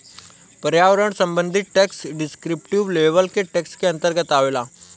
पर्यावरण संबंधी tax descriptive level के टैक्स के अंतर्गत आवेला